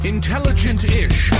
Intelligent-ish